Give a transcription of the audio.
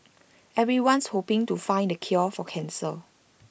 everyone's hoping to find the cure for cancer